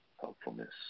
helpfulness